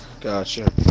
Gotcha